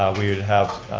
we would have